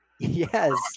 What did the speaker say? Yes